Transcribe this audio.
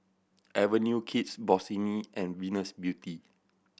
Avenue Kids Bossini and Venus Beauty